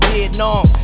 Vietnam